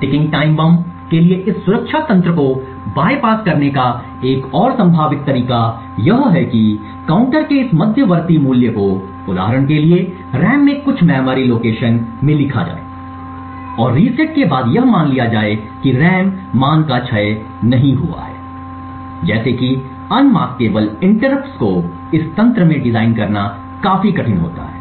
ticking time bomb के लिए इस सुरक्षा तंत्र को बायपास करने का एक और संभावित तरीका यह है कि काउंटर के इस मध्यवर्ती मूल्य को उदाहरण के लिए रैम में कुछ मेमोरी लोकेशन में लिखा जाए और रीसेट के बाद यह मान लिया जाए कि रैम मान का क्षय नहीं हुआ है जैसे कि अनमास्क इंटरप्ट को इस तंत्र में डिजाइन करना काफी कठिन होता है